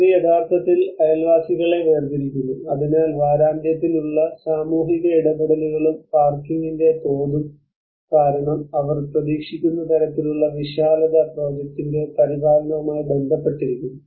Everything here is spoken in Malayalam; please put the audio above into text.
ഇത് യഥാർത്ഥത്തിൽ അയൽവാസികളെ വേർതിരിക്കുന്നു അതിനാൽ വാരാന്ത്യത്തിൽ ഉള്ള സാമൂഹിക ഇടപെടലുകളും പാർക്കിംഗിന്റെ തോതും കാരണം അവർ പ്രതീക്ഷിക്കുന്ന തരത്തിലുള്ള വിശാലത പ്രോജക്ടിന്റെ പരിപാലനവുമായി ബന്ധപ്പെട്ടിരിക്കുന്നു